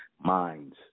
minds